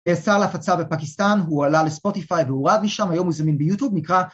יצא להפצה בפקיסטן, הוא עלה לספוטיפיי והורד משם, היום הוא זמין ביוטיוב נקרא